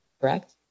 correct